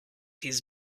his